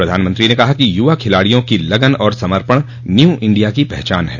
प्रधानमंत्री ने कहा कि युवा खिलाड़ियों की लगन और समर्पण न्यू इंडिया की पहचान है